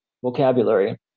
vocabulary